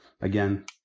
again